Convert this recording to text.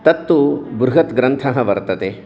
तत्तु बृहत् ग्रन्थः वर्तते